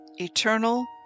eternal